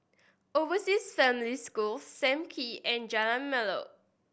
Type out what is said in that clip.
Overseas Family School Sam Kee and Jalan Molek